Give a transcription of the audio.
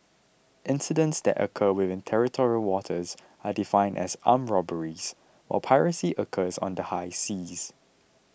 incidents that occur within territorial waters are defined as armed robberies while piracy occurs on the high seas